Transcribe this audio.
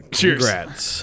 Cheers